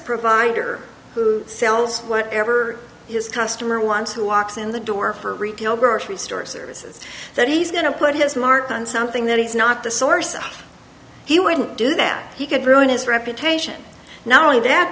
provider sells whatever his customer wants who walks in the door for retail grocery store services that he's going to put his mark on something that is not the source and he wouldn't do that he could ruin his reputation now only that